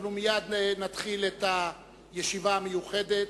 אנחנו מייד נתחיל את הישיבה המיוחדת.